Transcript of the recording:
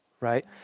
right